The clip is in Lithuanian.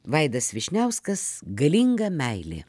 vaidas vyšniauskas galinga meilė